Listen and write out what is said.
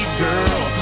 girl